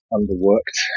underworked